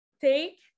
take